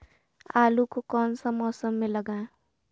आलू को कौन सा मौसम में लगाए?